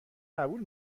قبول